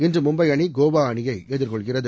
இன்று மும்பை அணி கோவா அணியை எதிர்கொள்கிறது